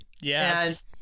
yes